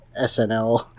SNL